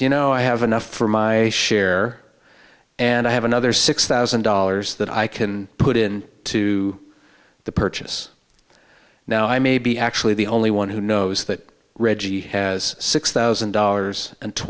you know i have enough for my share and i have another six thousand dollars that i can put in to the purchase now i may be actually the only one who knows that reggie has six thousand dollars and